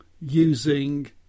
using